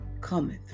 cometh